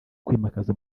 kwimakaza